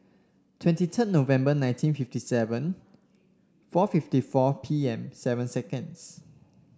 twenty ten November nineteen fifty seven four fifty four P M seven seconds